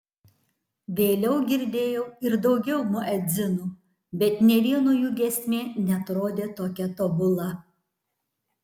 vėliau girdėjau ir daugiau muedzinų bet nė vieno jų giesmė neatrodė tokia tobula